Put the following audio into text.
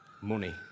money